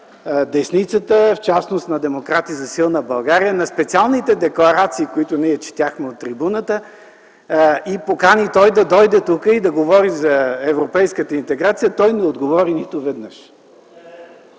на десницата, в частност на Демократи за силна България, на специалните декларации, които ние четяхме от трибуната, и покани да дойде тук и да говори за европейската интеграция, той не отговори нито веднъж.